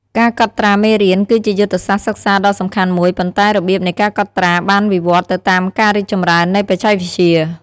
ការកត់ត្រាមេរៀនគឺជាយុទ្ធសាស្ត្រសិក្សាដ៏សំខាន់មួយ ប៉ុន្តែរបៀបនៃការកត់ត្រាបានវិវត្តន៍ទៅតាមការរីកចម្រើននៃបច្ចេកវិទ្យា។